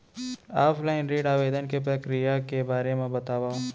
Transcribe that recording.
Offline ऋण आवेदन के प्रक्रिया के बारे म बतावव?